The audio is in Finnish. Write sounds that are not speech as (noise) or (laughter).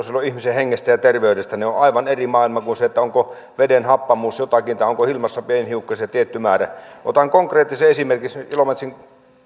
(unintelligible) silloin ihmisen hengestä ja terveydestä se on aivan eri maailma kuin se onko veden happamuus jotakin tai onko ilmassa pienhiukkasia tietty määrä otan konkreettisen esimerkin ilomantsin